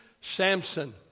Samson